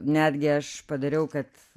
netgi aš padariau kad